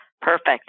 Perfect